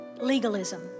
legalism